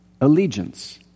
allegiance